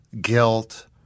guilt